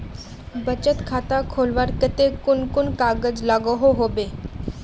बचत खाता खोलवार केते कुन कुन कागज लागोहो होबे?